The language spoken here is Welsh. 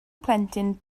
plentyn